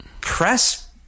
press